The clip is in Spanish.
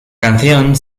canción